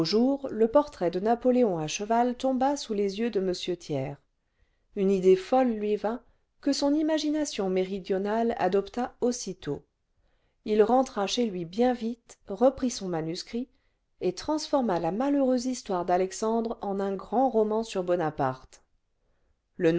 le portrait de napoléon achevai tomba sous les yeux de m thiers une idée folle lui vint que son imagination méridionale adopta aussitôt il rentra chez lui bien vite reprit son manuscrit et transforma la malheureuse histoire d'alexandre en un grand roman sur bonaparte